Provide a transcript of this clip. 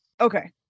Okay